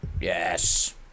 Yes